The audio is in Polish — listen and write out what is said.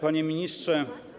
Panie Ministrze!